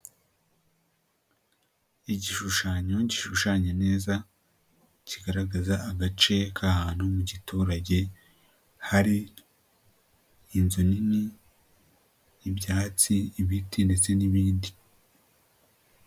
Igishushanyo gishushanya neza kigaragaza agace k'ahantu mu giturage, hari in inzu nini, ibyatsi, ibiti ndetse n'ibindi.